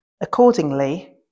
Accordingly